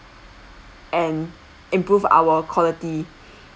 and improve our quality